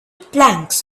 planks